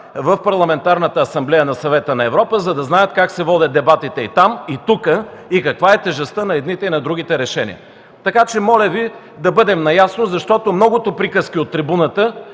Европа, за да знаят как се водят дебатите и там, и тук, и каква е тежестта на едните и на другите решения. Моля Ви да бъдем наясно, защото многото приказки от трибуната